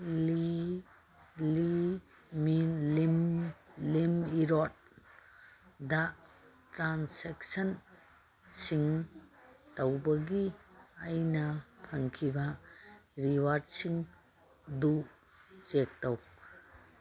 ꯂꯤꯝꯏꯔꯣꯠꯗ ꯇ꯭ꯔꯥꯟꯁꯦꯛꯁꯟꯁꯤꯡ ꯇꯧꯕꯒꯤ ꯑꯩꯅ ꯐꯪꯈꯤꯕ ꯔꯤꯋꯥꯔꯗꯁꯤꯡꯗꯨ ꯆꯦꯛ ꯇꯧ